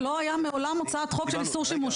לא היה מעולם הצעת חוק של איסור שימוש.